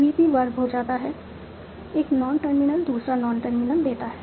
VP verb को जाता है एक नॉन टर्मिनल दूसरा नॉन टर्मिनल देता है